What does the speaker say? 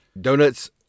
donuts